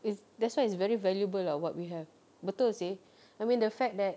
it's that's why it's very valuable ah what we have betul seh I mean the fact that